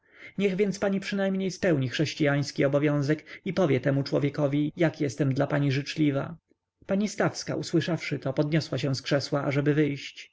niech więc pani przynajmniej spełni chrześciański obowiązek i powie temu człowiekowi jak jestem dla pani życzliwa pani stawska usłyszawszy to podniosła się z krzesła ażeby wyjść